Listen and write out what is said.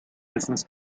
business